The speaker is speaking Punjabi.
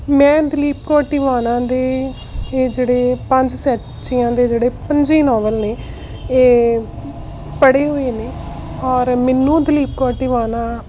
ਮੈਂ ਦਲੀਪ ਕੌਰ ਟਿਵਾਣਾ ਦੇ ਇਹ ਜਿਹੜੇ ਪੰਜ ਸੈਂਚੀਆਂ ਦੇ ਜਿਹੜੇ ਪੰਜੇ ਨੌਵਲ ਨੇ ਇਹ ਪੜ੍ਹੇ ਹੋਏ ਨੇ ਔਰ ਮੈਨੂੰ ਦਲੀਪ ਕੌਰ ਟਿਵਾਣਾ